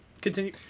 continue